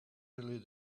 delete